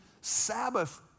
Sabbath